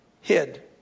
hid